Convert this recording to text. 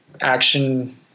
action